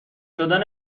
شدن